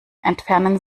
entfernen